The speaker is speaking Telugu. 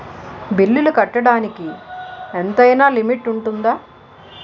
బిల్లులు కట్టడానికి ఎంతైనా లిమిట్ఉందా?